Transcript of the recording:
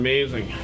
Amazing